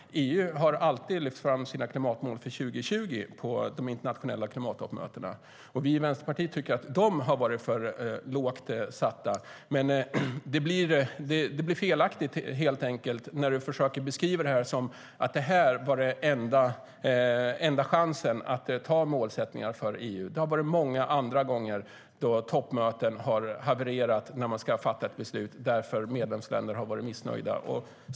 EU har alltid lyft fram sina klimatmål till 2020 på de internationella klimattoppmötena. Vi i Vänsterpartiet tycker att de har varit för lågt satta. Men det blir felaktigt när du försöker beskriva det som att detta var enda chansen att anta målsättningar för EU. Det har varit många andra gånger då toppmöten havererat när man ska fatta ett beslut därför att medlemsländer har varit missnöjda.